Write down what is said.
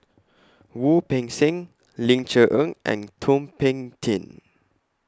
Wu Peng Seng Ling Cher Eng and Thum Ping Tjin